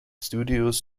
studios